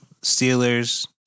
Steelers